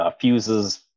fuses